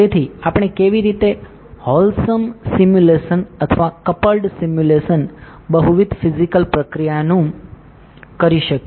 તેથી આપણે કેવી રીતે હોલસમ સિમ્યુલેશન અથવા કપલ્ડ સિમ્યુલેશન બહુવિધ ફિઝિકલ પ્રક્રિયાઓનું કરી શકીએ